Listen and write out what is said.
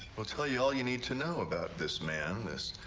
will tell you all you need to know about this man, this.